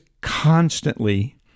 constantly